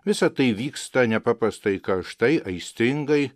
visa tai vyksta nepaprastai karštai aistringai